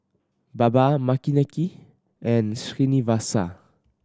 Baba Makineni and Srinivasa